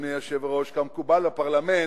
אדוני היושב-ראש, כמקובל בפרלמנט.